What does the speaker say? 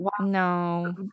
no